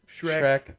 Shrek